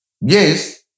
Yes